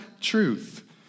truth